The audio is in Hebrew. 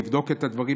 לבדוק את הדברים,